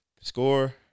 score